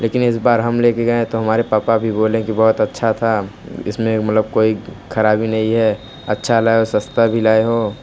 लेकिन इस बार हम ले के गए तो हमारे पापा भी बोलें कि बहुत अच्छा था इसमें मतलब कोई ख़राबी नहीं है अच्छा लाए हो सस्ता भी लाए हो